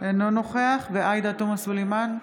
אינו נוכח עאידה תומא סלימאן,